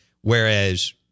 Whereas